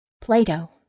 Plato